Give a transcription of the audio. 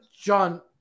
John